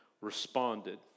responded